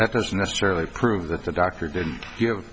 that doesn't necessarily prove that the doctor didn't